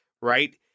right